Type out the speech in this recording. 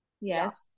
Yes